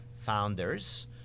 founders